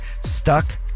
stuck